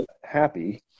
happy